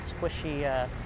squishy